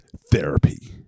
therapy